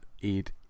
eat